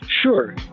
Sure